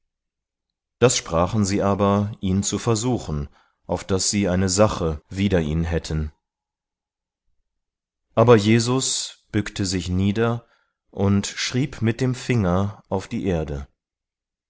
das sprachen sie aber ihn zu versuchen auf daß sie eine sache wider ihn hätten aber jesus bückte sich nieder und schrieb mit dem finger auf die erde